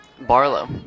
Barlow